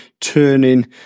turning